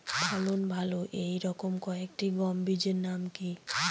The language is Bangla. ফলন ভালো এই রকম কয়েকটি গম বীজের নাম কি?